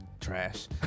Trash